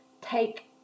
take